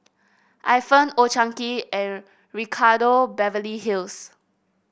Ifan Old Chang Kee and Ricardo Beverly Hills